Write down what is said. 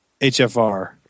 HFR